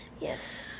Yes